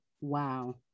Wow